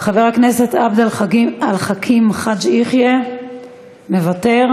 חבר הכנסת עבד אל חכים חאג' יחיא, מוותר.